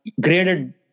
graded